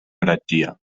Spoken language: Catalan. heretgia